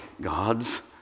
God's